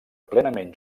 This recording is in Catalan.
plenament